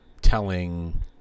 telling